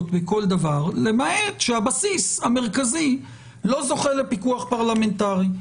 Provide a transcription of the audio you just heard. בכל דבר למעט שהבסיס המרכזי לא זוכה לפיקוח פרלמנטרי.